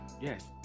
yes